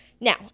Now